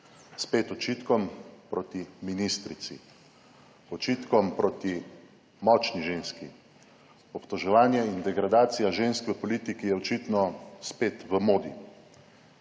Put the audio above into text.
spet očitkom proti ministrici, očitkom proti močni ženski. Obtoževanje in degradacija žensk v politiki je očitno spet v modi.